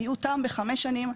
ומיעוטם 5 שנים.